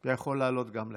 אתה יכול לעלות גם לכאן.